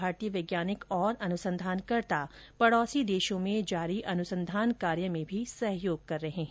भारतीय वैज्ञानिक और अनुसंधानकर्ता पड़ोसी देशों में जारी अनुसंधान कार्य में भी सहयोग कर रहे हैं